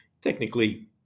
technically